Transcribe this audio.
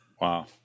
Wow